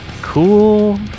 cool